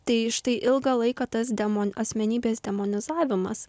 tai štai ilgą laiką tas demon asmenybės demonizavimas